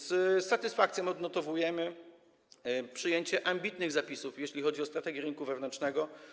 Z satysfakcją odnotowujemy przyjęcie ambitnych zapisów, jeśli chodzi o strategię rynku wewnętrznego.